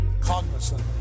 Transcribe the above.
cognizant